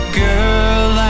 girl